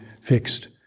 fixed